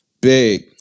Big